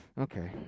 Okay